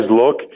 look